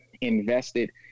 invested